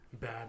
bad